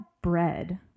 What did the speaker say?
bread